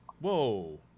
Whoa